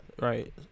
Right